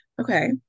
okay